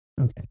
Okay